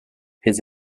his